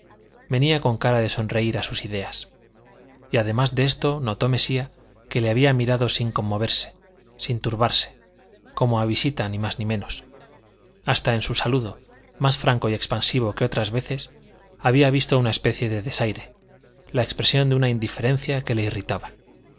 venía con cara de sonreír a sus ideas y además de esto notó mesía que le había mirado sin conmoverse sin turbarse como a visita ni más ni menos hasta en su saludo más franco y expansivo que otras veces había visto una especie de desaire la expresión de una indiferencia que le irritaba